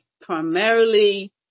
primarily –